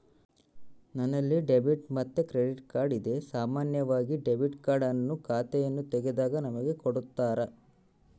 ನನ್ನಲ್ಲಿ ಡೆಬಿಟ್ ಮತ್ತೆ credit card ಇದೆ, ಸಾಮಾನ್ಯವಾಗಿ ಡೆಬಿಟ್ ಕಾರ್ಡ್ ಅನ್ನು ಖಾತೆಯನ್ನು ತೆಗೆದಾಗ ನಮಗೆ ಕೊಡುತ್ತಾರ